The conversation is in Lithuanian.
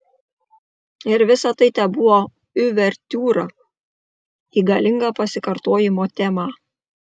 ir visa tai tebuvo uvertiūra į galingą pasikartojimo temą